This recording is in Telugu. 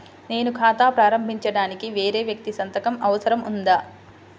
నేను ఖాతా ప్రారంభించటానికి వేరే వ్యక్తి సంతకం అవసరం ఉందా?